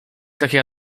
takiej